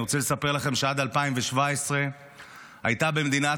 אני רוצה לספר לכם שעד 2017 הייתה במדינת